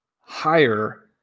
higher